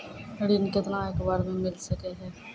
ऋण केतना एक बार मैं मिल सके हेय?